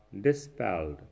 dispelled